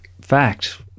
fact